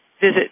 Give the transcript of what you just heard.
visit